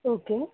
okay